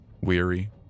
weary